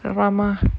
rama